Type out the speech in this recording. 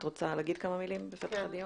את רוצה להגיד כמה מילים בפתח הדיון?